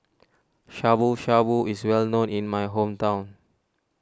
Shabu Shabu is well known in my hometown